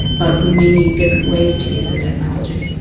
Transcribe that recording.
but we may need different ways to use the technology.